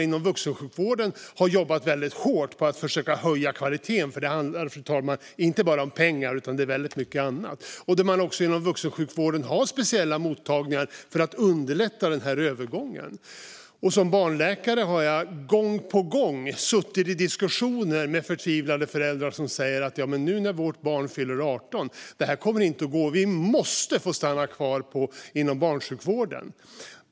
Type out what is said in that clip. Inom vuxensjukvården har man jobbat väldigt hårt på att försöka höja kvaliteten - för det handlar inte bara om pengar, fru talman, utan om väldigt mycket annat. Man har också speciella mottagningar inom vuxensjukvården för att underlätta den här övergången. Som barnläkare har jag gång på gång suttit i diskussioner med förtvivlade föräldrar som säger: Nu när vårt barn fyller 18 kommer det här inte att gå. Vi måste få stanna kvar inom barnsjukvården!